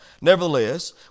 Nevertheless